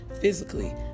physically